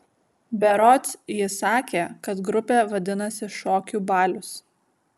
berods ji sakė kad grupė vadinasi šokių balius